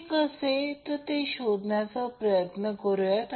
तर यालाच आणखी एक मोठा फायदा म्हणतात